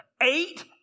Eight